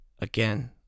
Again